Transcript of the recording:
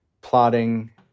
plotting